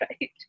right